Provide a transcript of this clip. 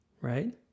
right